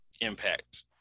impact